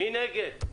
מי נגד?